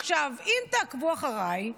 עכשיו, אם תעקבו אחריי,